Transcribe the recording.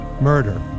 Murder